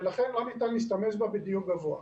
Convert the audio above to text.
ולכן לא ניתן להשתמש בה בדיוק גבוה.